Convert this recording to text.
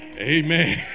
amen